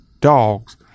dogs